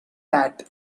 that